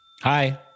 hi